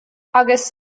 agus